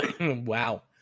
wow